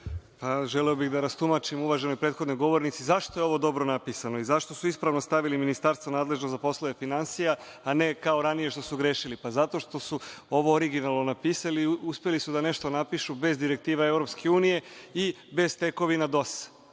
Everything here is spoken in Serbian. Želeo bih da rastumačim uvaženoj prethodnoj govornici zašto je ovo dobro napisano i zašto su ispravno stavili – Ministarstvo nadležno za poslove finansija, a ne kao ranije što su grešili. Zato što su ovo originalno napisali, uspeli su da nešto napišu bez direktiva Evropske unije i bez tekovina DOS-a.